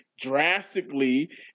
drastically